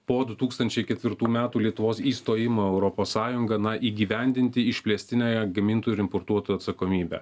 po du tūkstančiai ketvirtų metų lietuvos įstojimo į europos sąjungą na įgyvendinti išplėstinę gamintojų ir importuotojų atsakomybę